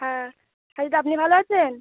হ্যাঁ তাহলে তো আপনি ভালো আছেন